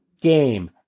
game